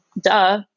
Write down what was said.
duh